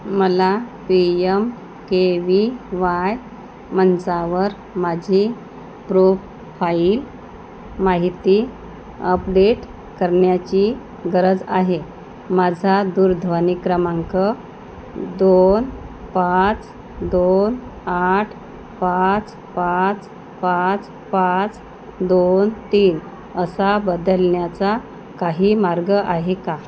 मला P M K V Y मंचावर माझी प्रोफाईल माहिती अपडेट करण्याची गरज आहे माझा दूरध्वनी क्रमांक दोन पाच दोन आठ पाच पाच पाच पाच दोन तीन असा बदलण्याचा काही मार्ग आहे का